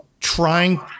trying